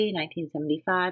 1975